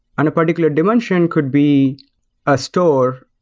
and a particular dimension could be a store,